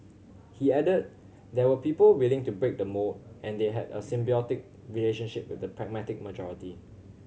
he added there were people willing to break the mould and they had a symbiotic relationship with the pragmatic majority